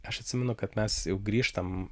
aš atsimenu kad mes grįžtam